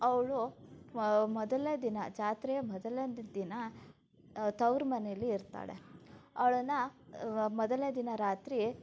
ಅವಳು ಮೊದಲನೇ ದಿನ ಜಾತ್ರೆಯ ಮೊದಲನೇ ದಿನ ತವರುಮನೇಲಿ ಇರ್ತಾಳೆ ಅವಳನ್ನು ಮೊದಲನೇ ದಿನ ರಾತ್ರಿ